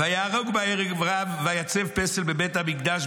"ויהרוג בה הרג רב ויצב פסל בבית המקדש,